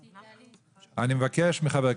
5. מי נמנע?